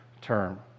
term